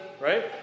Right